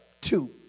two